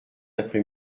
après